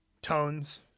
tones